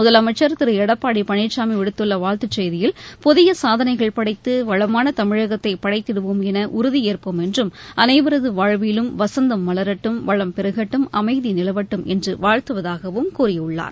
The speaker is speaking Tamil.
முதலமைச்ச் திரு எடப்பாடி பழனிசாமி விடுத்துள்ள வாழ்த்துச் செய்தியில் புதிய சாதனைகள் படைத்து வளமான தமிழகத்தை படைத்திடுவோம் என உறுதியேற்போம் என்றும் அனைவரது வாழ்விலும் வசந்தம் மலரட்டும் வளம் பெருகட்டும் அமைதி நிலவட்டும் என்று வாழ்த்துவதாகவும் கூறியுள்ளார்